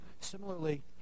Similarly